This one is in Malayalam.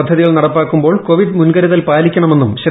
പദ്ധതികൾ നടപ്പാക്കുമ്പോൾ കോവിഡ് മുൻകരുതൽ പാലിക്കണമെന്നും ശ്രീ